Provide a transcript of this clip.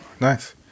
nice